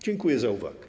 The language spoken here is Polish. Dziękuję za uwagę.